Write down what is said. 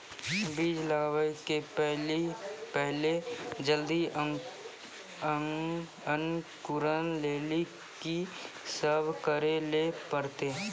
बीज लगावे के पहिले जल्दी अंकुरण लेली की सब करे ले परतै?